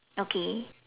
okay